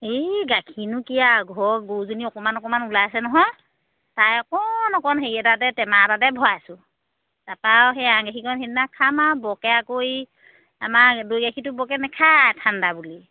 এই গাখীৰনো কি আৰু ঘৰৰ গৰুজনী অকণমান অকণমান ওলাইছে নহয় তাৰে অকণ অকণ হেৰি এটাতে টেমা এটাতে ভৰাইছোঁ তাৰপৰা আৰু সেইয়া এৱা গাখীৰকণ সেইদিনা খাম আৰু বৰকৈ আকৌ এই আমাৰ দৈ গাখীৰটো বৰকৌ নাখায় ঠাণ্ডা বুলি